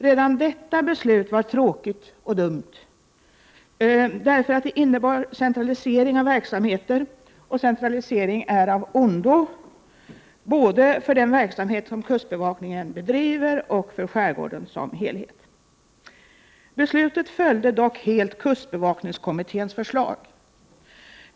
Redan detta beslut var tråkigt och dumt, därför att det innebar centralisering av verksamheten, och centralisering är av ondo både för den verksamhet som kustbevakningen bedriver och för skärgården som helhet. Beslutet följde dock helt kustbevakningskommitténs förslag.